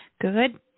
Good